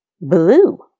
blue